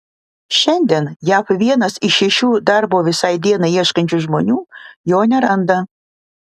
šiandien jav vienas iš šešių darbo visai dienai ieškančių žmonių jo neranda